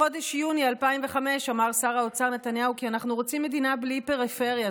בחודש יוני 2005 אמר שר האוצר נתניהו כי אנחנו רוצים מדינה בלי פריפריה.